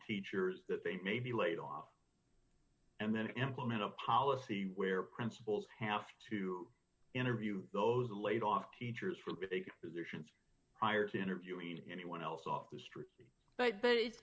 teachers that they may be laid off and then implement a policy where principals have to interview those laid off teachers for big positions prior to interviewing anyone else off the street